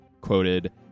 quoted